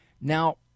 now